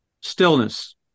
stillness